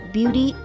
Beauty